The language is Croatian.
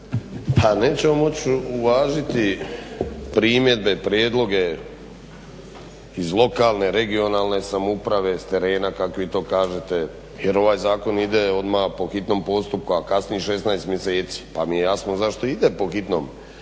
Pa nećemo moći uvažiti primjedbe, prijedloge iz lokalne, regionalne samouprave s terena kako vi to kažete jer ovaj zakon ide odmah po hitnom postupku, a kasni 16 mjeseci pa mi je jasno zašto ide po hitnom